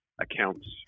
accounts